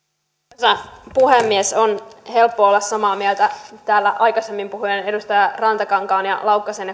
arvoisa puhemies on helppo olla samaa mieltä täällä aikaisemmin puhuneiden edustajien rantakankaan ja laukkasen